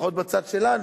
לפחות בצד שלנו,